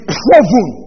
proven